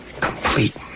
complete